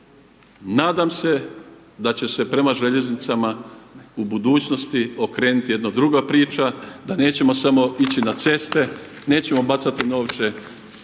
Nadam se da će se prema željeznicama u budućnosti okrenuti jedna druga priča, da nećemo samo ići na ceste, nećemo bacati novce